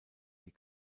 die